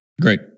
Great